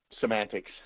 semantics